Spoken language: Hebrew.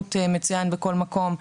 שירות מצוין בכל מקום.